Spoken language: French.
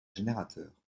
générateur